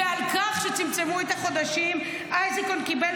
ועל כך שצמצמו את החודשים איזנקוט קיבל